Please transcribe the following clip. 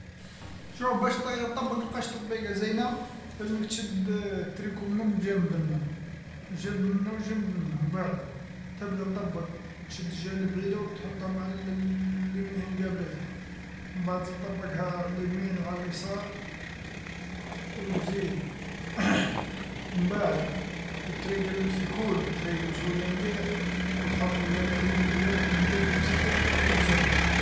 ﻿شوف باش طي-طبق القش تطبيقة زينة، لازمك تشد التريكو من بجنب منا، جنب منا وجنب منا مبعد تبدا تطبق، تشد الجهة الي بعيدة وتحطها مع اللي من هي مقابلتها، من بعد تزيد طبقها على اليمين وعلى اليسار. وتزيد من بعد تريقل في كول، تريقلو شوية مليح وتحط التريكو هكذاك مريقل مستف وحطو في لخزانة.